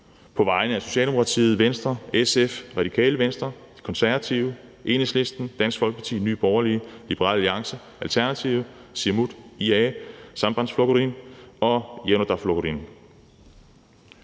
på vegne af Socialdemokratiet, Venstre, SF, Radikale Venstre, Konservative, Enhedslisten, Dansk Folkeparti, Nye Borgerlige, Liberal Alliance, Alternativet, Siumut, IA, Sambandsflokkurin og Javnaðarflokkurin: